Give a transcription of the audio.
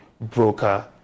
broker